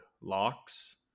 locks